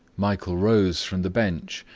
michael rose from the bench,